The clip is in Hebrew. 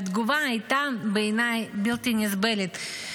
והתגובה הייתה בעיניי בלתי נסבלת.